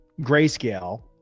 grayscale